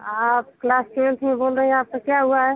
आप class twelfth में बोल रही हैं आपका क्या हुआ है